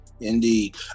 indeed